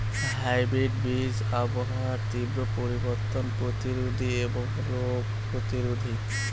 hybrid বীজ আবহাওয়ার তীব্র পরিবর্তন প্রতিরোধী এবং রোগ প্রতিরোধী